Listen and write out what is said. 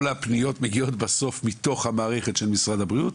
כל הפניות מגיעות בסוף מתוך המערכת של משרד הבריאות,